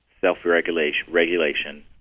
self-regulation